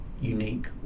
unique